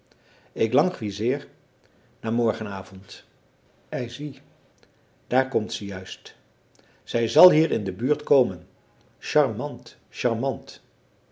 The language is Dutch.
ik languisseer naar morgenavond ei zie daar komt ze juist zij zal hier in de buurt komen charmant charmant